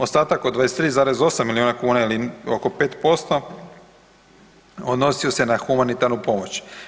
Ostatak od 23,8 milijuna kn ili oko 5% odnosio se na humanitarnu pomoć.